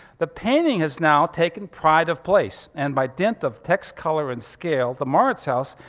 the painting has now taken pride of place and by dent of text, color and scale, the mauritshuis,